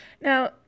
Now